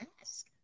ask